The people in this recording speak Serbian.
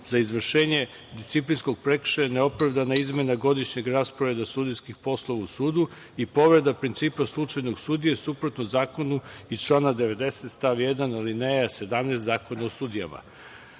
za izvršenje disciplinskog prekršaja neopravdane izmene godišnjeg rasporeda sudijskih poslova u sudu, i povreda principa slučajnog sudije suprotno zakonu iz člana 90. stav 1. alineja 17. Zakona o sudijama. Marija